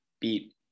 beat